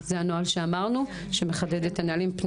זה הנוהל הפנים-משרדי שאמרנו שהוא מחדד את הנהלים.